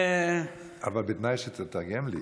אבל בתנאי שתתרגם לי.